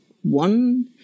one